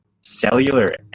cellular